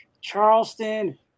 Charleston